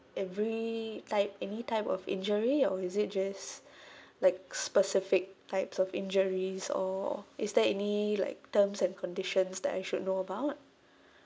every type any type of injury or is it just like specific types of injuries or is there any like terms and conditions that I should know about